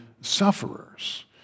sufferers